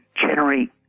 generate